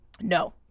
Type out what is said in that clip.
No